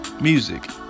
music